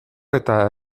eta